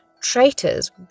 traitors